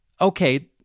Okay